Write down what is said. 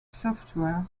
software